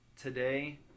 today